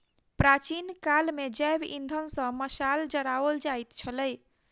प्राचीन काल मे जैव इंधन सॅ मशाल जराओल जाइत छलै